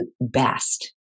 best